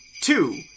Two